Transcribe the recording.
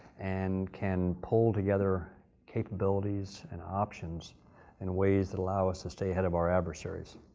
and can pull together capabilities and options in ways that allow us to stay ahead of our adversaries.